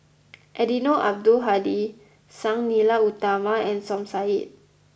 Eddino Abdul Hadi Sang Nila Utama and Som Said